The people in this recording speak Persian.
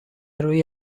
روی